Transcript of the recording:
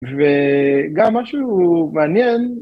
וגם משהו מעניין